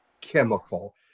chemical